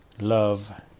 love